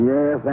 Yes